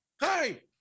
Hey